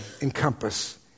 encompass